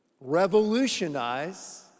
Revolutionize